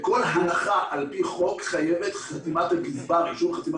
וכל הנחה לפי חוק חייבת אישור חתימת